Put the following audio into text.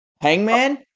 Hangman